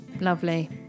lovely